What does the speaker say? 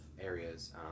areas